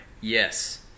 Yes